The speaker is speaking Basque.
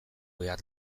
behar